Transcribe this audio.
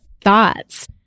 thoughts